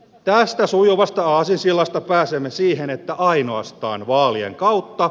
tästä sujuvasta assisilaista pääsemme siihen että ainoastaan vaalien kautta